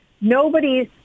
nobody's